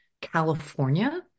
California